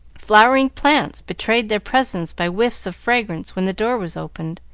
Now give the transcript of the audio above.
flowering plants betrayed their presence by whiffs of fragrance when the door was opened,